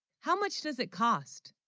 how much does it cost?